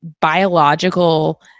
biological